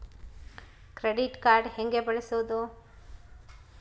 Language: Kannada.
ಕ್ರೆಡಿಟ್ ಕಾರ್ಡ್ ಹೆಂಗ ಬಳಸೋದು?